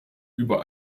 über